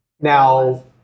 Now